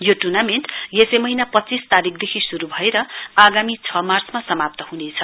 यो ट्र्नामेण्ट यसै महीना पच्चीस तारीकदेखि श्रु भएर आगामी छ मार्चमा समाप्त ह्नेछ